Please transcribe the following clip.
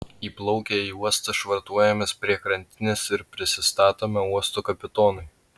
įplaukę į uostą švartuojamės prie krantinės ir prisistatome uosto kapitonui